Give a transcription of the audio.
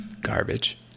garbage